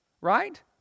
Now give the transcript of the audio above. right